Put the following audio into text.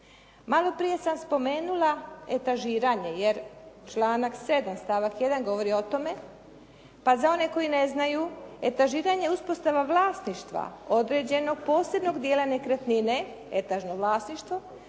Malo prije sam spomenula etažiranje jer članak 7. stavak 1. govori o tome, pa za one koji ne znaju, etažiranje je uspostava vlasništva određenog posebnom dijela nekretnine, etažno vlasništvo,